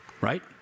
right